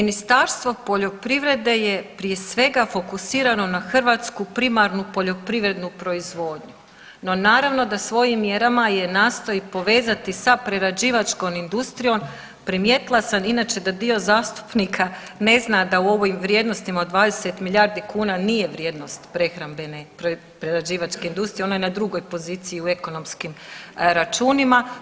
Ministarstvo poljoprivrede je prije svega fokusirano na hrvatsku primarnu poljoprivrednu proizvodnju no naravno da svojim mjerama je nastoji povezati sa prerađivačkom industrijom, primijetila sam inače da dio zastupnika ne zna da u ovim vrijednostima od 20 milijardi kuna nije vrijednost prehrambene prerađivačke industrije, ona je na drugoj poziciji u ekonomskim računima.